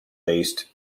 based